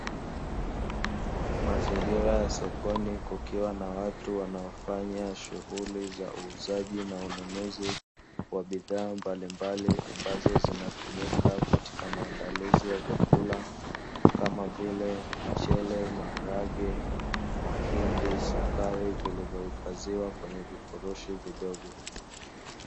Mazingira ya sokoni kukiwana watu wanaofanya shughuli za uuzaji na ununuzi wa bidhaa mbalimbali, ambazo zinatumika katika maandalizi ya vyakula. Kama vile mchele, maharage, mahindi, sukari vilivohifadhiwa kwenye vifurushi vidogo.